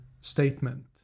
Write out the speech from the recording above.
statement